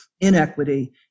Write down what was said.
inequity